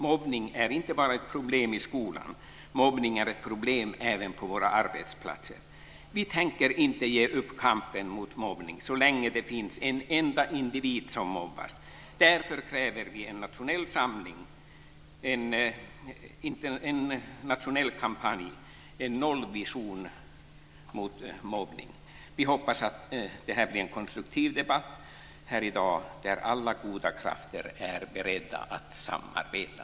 Mobbning är inte bara ett problem i skolan, mobbning är ett problem även på våra arbetsplatser. Vi tänker inte ge upp kampen mot mobbning så länge det finns en enda individ som mobbas. Därför kräver vi en nationell samling, en nationell kampanj, en nollvision, mot mobbning. Vi hoppas att det blir en konstruktiv debatt här i dag där alla goda krafter är beredda att samarbeta.